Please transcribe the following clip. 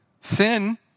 Sin